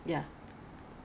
then you put there then